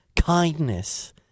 Kindness